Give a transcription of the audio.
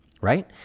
right